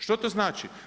Što to znači?